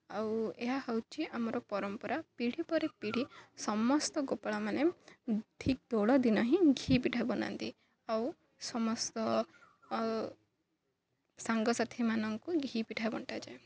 ଆଉ ଏହା ହେଉଛି ଆମର ପରମ୍ପରା ପିଢ଼ି ପରେ ପିଢ଼ି ସମସ୍ତ ଗୋପାଳାମାନେ ଠିକ୍ ଦୋଳ ଦିନ ହିଁ ଘିଅ ପିଠା ବନାନ୍ତି ଆଉ ସମସ୍ତ ସାଙ୍ଗସାଥିମାନଙ୍କୁ ଘିିଅ ପିଠା ବଣ୍ଟାଯାଏ